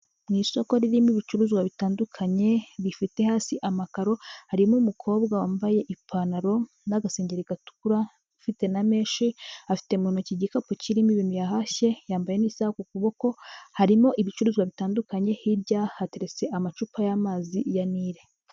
Mu isoko ririmo ibicuruzwa bitandukanye rifite hasi amakaro, harimo umukobwa wambaye ipantaro n'agasengeri gatukura ufite na menshi, afite mu ntoki igikapu kirimo ibintu yahashye, yambaye n'isaha ku kuboko, harimo ibicuruzwa bitandukanye, hirya hateretse amacupa y'amazi ya Nili.